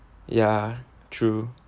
ya true